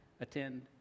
attend